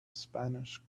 spanish